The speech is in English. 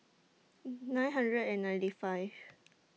nine hundred and ninety five